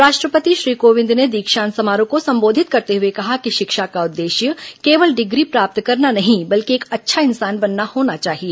राष्ट्रपति श्री कोविंद ने दीक्षांत समारोह को संबोधित करते हुए कहा कि शिक्षा का उद्देश्य कोवल डिग्री प्राप्त करना नहीं बल्कि एक अच्छा इंसान बनना होना चाहिए